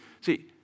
See